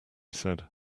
said